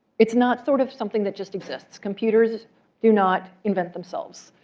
it's not sort of something that just exists. computers do not invent themselves.